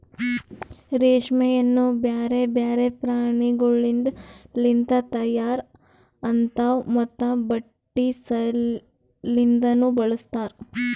ರೇಷ್ಮೆಯನ್ನು ಬ್ಯಾರೆ ಬ್ಯಾರೆ ಪ್ರಾಣಿಗೊಳಿಂದ್ ಲಿಂತ ತೈಯಾರ್ ಆತಾವ್ ಮತ್ತ ಬಟ್ಟಿ ಸಲಿಂದನು ಬಳಸ್ತಾರ್